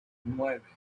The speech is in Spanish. nueve